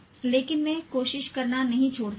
लेकिन मैं कोशिश करना नहीं छोड़ सकता